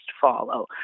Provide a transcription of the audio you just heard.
follow